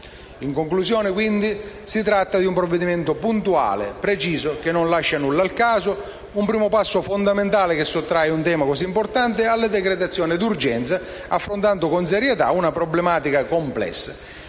Si tratta, dunque, di un provvedimento puntuale e preciso che non lascia nulla al caso. Un primo passo fondamentale che sottrae un tema cosi importante alla decretazione d'urgenza, affrontando con serietà una problematica complessa.